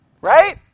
Right